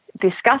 discuss